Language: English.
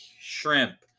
shrimp